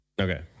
Okay